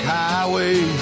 highway